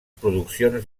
produccions